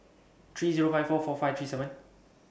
three Zero five four four five three seven